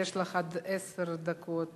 יש לך עד עשר דקות.